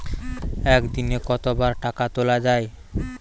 একদিনে কতবার টাকা তোলা য়ায়?